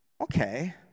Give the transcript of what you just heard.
Okay